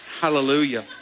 hallelujah